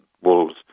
wolves